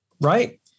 right